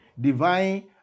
divine